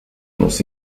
nos